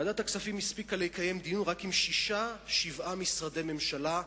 ועדת הכספים הספיקה לקיים דיון רק עם שישה שבעה משרדי ממשלה,